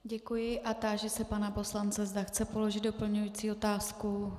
Děkuji a táži se pana poslance, zda chce položit doplňující otázku.